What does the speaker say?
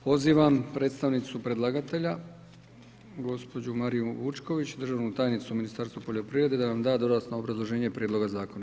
Pozivam predstavnicu predlagatelja, gospođu Mariju Vučković, državnu tajnicu u Ministarstvu poljoprivrede, da nam da dodatno obrazloženje prijedloga zakona.